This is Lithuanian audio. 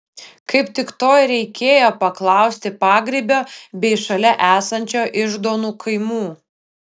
kaip tik to ir reikėjo paklausti pagrybio bei šalia esančio iždonų kaimų